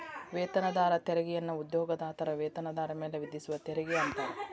ವೇತನದಾರ ತೆರಿಗೆಯನ್ನ ಉದ್ಯೋಗದಾತರ ವೇತನದಾರ ಮೇಲೆ ವಿಧಿಸುವ ತೆರಿಗೆ ಅಂತಾರ